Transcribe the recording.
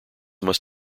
must